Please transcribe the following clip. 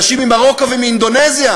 אנשים ממרוקו ומאינדונזיה